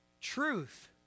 Truth